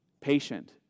patient